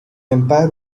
empire